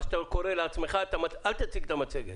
אל תציג את המצגת.